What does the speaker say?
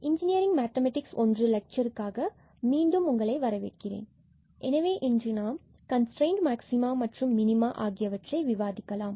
engineering mathematics 1 லெட்சருக்கு உங்களை மீண்டும் வரவேற்கிறேன் எனவே இன்று நாம் கன்ஸ்டிரைன்ட் மாக்ஸிமா மற்றும் மினிமா ஆகியவற்றை விவாதிக்கலாம்